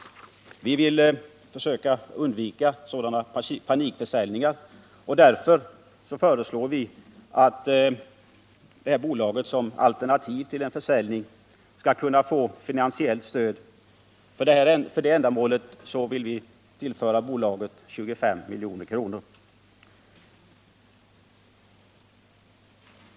Vi vill försöka hindra sådana panikförsäljningar och föreslår därför att bolaget som alternativ till en försäljning skall kunna ge finansiellt stöd. För det ändamålet vill vi tillföra bolaget 25 milj.kr.